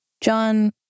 John